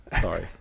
Sorry